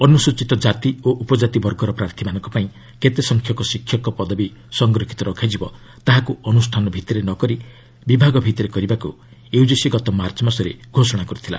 ଅନୁସ୍ଚିତ ଜାତି ଓ ଉପଜାତି ବର୍ଗର ପ୍ରାର୍ଥୀମାନଙ୍କ ପାଇଁ କେତେ ସଂଖ୍ୟକ ଶିକ୍ଷକ ପଦବୀ ସଂରକ୍ଷିତ ରଖାଯିବ ତାହାକୁ ଅନୁଷ୍ଠାନ ଭିତ୍ତିରେ ନ କରି ବିଭାଗ ଭିତ୍ତିରେ କରିବାକୁ ୟୁକିସି ଗତ ମାର୍ଚ୍ଚ ମାସରେ ଘୋଷଣା କରିଥିଲା